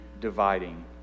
dividing